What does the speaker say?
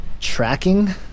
tracking